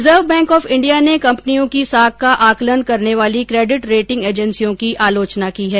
reserve Bank of India ने कम्पनियों की साख का आकलन करने वाली केडिट रेटिंग एजेन्सियों की आलोचना की है